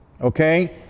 Okay